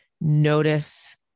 Notice